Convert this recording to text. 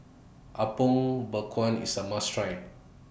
Apom Berkuah IS A must Try